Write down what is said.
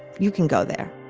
you can go there